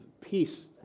peace